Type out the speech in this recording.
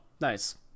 nice